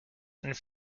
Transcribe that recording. and